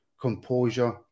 composure